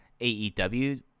AEW